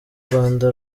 rwanda